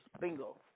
Bingo